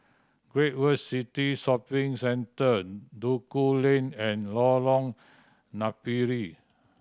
Great World City Shopping Centre Duku Lane and Lorong Napiri